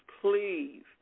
Please